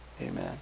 Amen